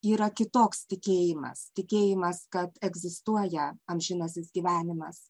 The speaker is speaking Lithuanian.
yra kitoks tikėjimas tikėjimas kad egzistuoja amžinasis gyvenimas